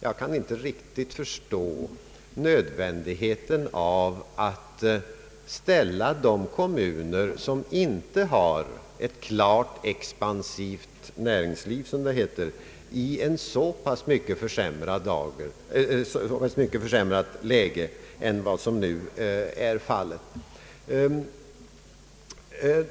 Jag kan inte riktigt förstå nödvändigheten av att ställa de kommuner som inte har ett klart expansivt näringsliv i ett så mycket sämre läge än vad som nu är fallet.